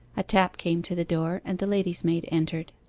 a tap came to the door, and the lady's-maid entered.